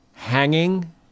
Hanging